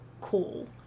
cool